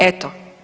Eto.